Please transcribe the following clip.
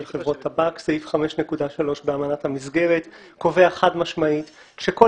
חברות טבק סעיף 5.3 באמנת המסגרת קובע חד-משמעית שכל